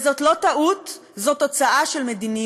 וזאת לא טעות, זאת תוצאה של מדיניות,